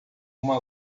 uma